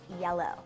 yellow